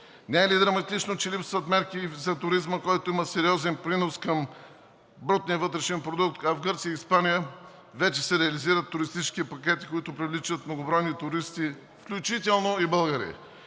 Не е ли драматично, че липсват мерки за туризма, който има сериозен принос към брутния вътрешен продукт, а в Гърция и Испания вече се реализират туристически пакети, които привличат многобройни туристи, включително и българи!